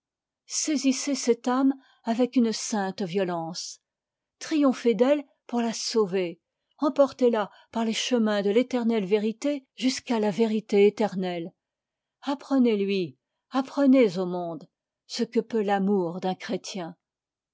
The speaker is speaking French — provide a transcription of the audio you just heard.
saisissez cette âme avec une sainte violence triomphez d'elle pour la sauver emportez-la par les chemins de l'éternelle vérité jusqu'à la vie éternelle apprenez lui apprenez au monde ce que peut l'amour d'un chrétien